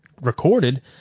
recorded